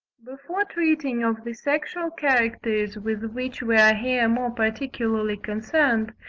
before treating of the sexual characters with which we are here more particularly concerned,